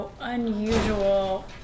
unusual